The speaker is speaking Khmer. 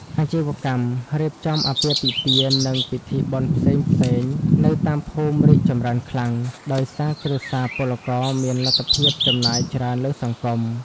អាជីវកម្ម "រៀបចំអាពាហ៍ពិពាហ៍" និងពិធីបុណ្យផ្សេងៗនៅតាមភូមិ រីកចម្រើនខ្លាំង ដោយសារគ្រួសារពលករមានលទ្ធភាពចំណាយច្រើនលើសង្គម។